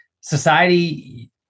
society